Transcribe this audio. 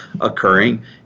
occurring